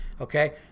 okay